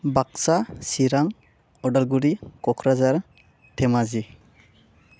Baksa Chirang Udalguri Kokrajhar Dhemaji